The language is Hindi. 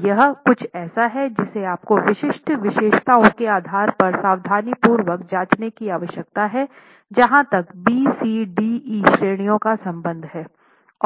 तो यह कुछ ऐसा है जिसे आपको विशिष्ट विशेषताओं के आधार पर सावधानीपूर्वक जांचने की आवश्यकता है जहाँ तक B C D E श्रेणियों का संबंध है